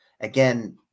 again